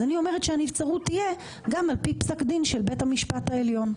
אז אני אומרת שהנבצרות תהיה גם על פי פסק דין של בית המשפט העליון.